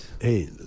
Hey